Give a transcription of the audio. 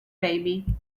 baby